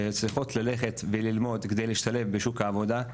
צריכות ללכת ללמוד כדי להשתלב בשוק העבודה.